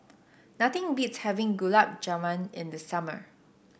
nothing beats having Gulab Jamun in the summer